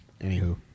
anywho